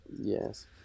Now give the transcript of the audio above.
Yes